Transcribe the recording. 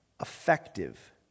effective